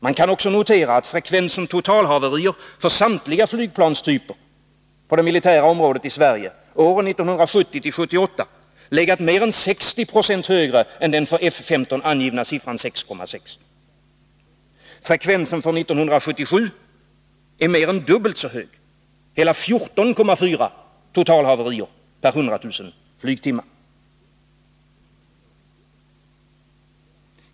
Man kan också notera att frekvensen totalhaverier för samtliga flygplanstyper på det militära området i Sverige åren 1970-1978 legat mer än 60 26 högre än den för F 15 angivna siffran 6,6. Frekvensen för 1977 är mer än dubbelt så hög, hela 14,4 totalhaverier per 100 000 flygtimmar.